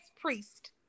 priest